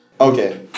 Okay